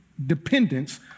dependence